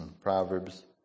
Proverbs